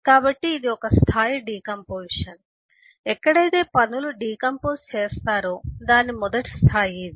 కాబట్టి ఇది ఒక స్థాయి డికాంపొజిషన్ ఎక్కడైతే పనులు డికంపోస్ చేస్తారో దాని మొదటి స్థాయి ఇది